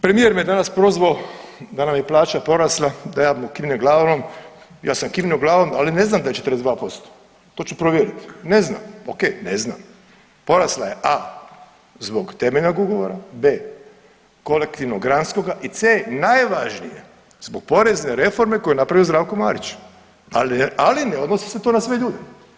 Premijer me danas prozvao da nam je plaća porasla, da ja mu kimnem glavom, ja sam kimnuo glavom, ali ne znam da je 42%, to ću provjeriti, ne znam ok, ne znam, porasla je a) zbog temeljnog ugovora, b) kolektivnog granskoga i c) najvažnije zbog porezne reforme koju je napravio Zdravko Marić, ali ne odnosi se to na sve ljude.